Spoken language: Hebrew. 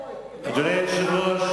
אני אומר לך שזה לא כך.